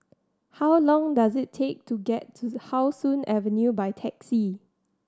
how long does it take to get to How Sun Avenue by taxi